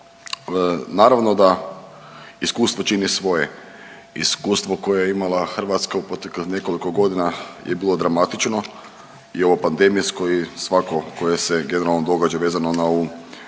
naravno iskustvo čini svoje, iskustvo koje je imala Hrvatska u proteklih nekoliko godina je bilo dramatično i ovo pandemijsko i svako koje se generalno događa vezano na ovu